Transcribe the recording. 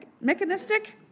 mechanistic